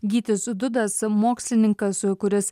gytis dudas mokslininkas kuris